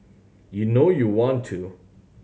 you know you want to